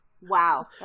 Wow